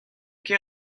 ket